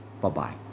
Bye-bye